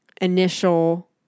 initial